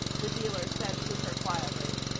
the dealer said to her quietly.